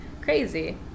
crazy